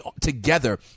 together